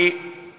חבר הכנסת אוחיון,